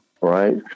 Right